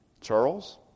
Charles